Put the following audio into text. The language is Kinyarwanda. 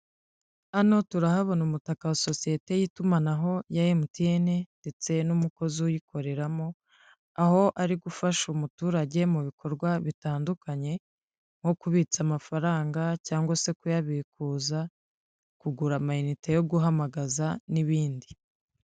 Hano turahabona umutaka wa sosiyete y'itumanaho ya MTN ndetse n'umukozi uyikoreramo aho ari gufasha umuturage mu bikorwa bitandukanye nko kubitsa amafaranga cyangwa se kuyabikuza kugura minnete yo guhamagaza n'ibindi.